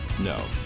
No